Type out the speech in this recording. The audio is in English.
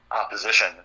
opposition